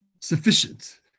sufficient